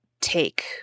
take